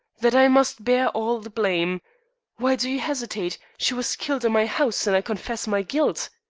that i must bear all the blame why do you hesitate? she was killed in my house, and i confess my guilt.